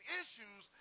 issues